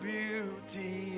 beauty